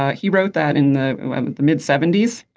ah he wrote that in the mid seventy s.